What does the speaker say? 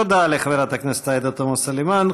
תודה לחברת הכנסת עאידה תומא סלימאן.